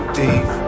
deep